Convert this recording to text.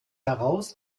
heraus